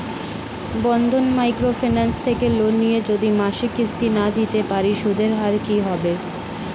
বন্ধন micro finance থেকে loan নিয়ে যদি মাসিক কিস্তি না দিতে পারি সুদের হার কি হবে?